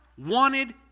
wanted